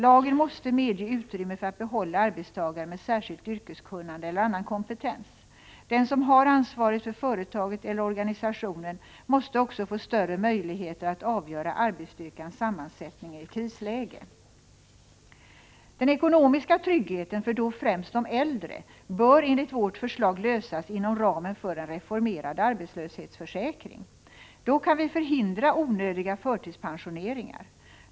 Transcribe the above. Lagen måste medge utrymme för att behålla arbetstagare med särskilt yrkeskunnande eller annan kompetens. Den som har ansvaret för företaget eller organisationen måste också få större möjligheter att avgöra arbetsstyrkans sammansättning i ett krisläge. Den ekonomiska tryggheten för främst de äldre bör enligt vårt förslag ges inom ramen för en reformerad arbetslöshetsförsäkring. Då kan vi förhindra onödiga förtidspensioneringar.